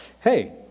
Hey